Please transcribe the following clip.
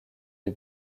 les